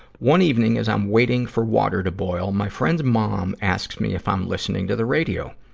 one evening, as i'm waiting for water to boil, my friend's mom asks me if i'm listening to the radio.